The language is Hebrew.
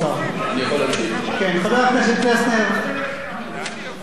חבר הכנסת פלסנר, בבקשה, בלי הסלולרי.